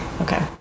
Okay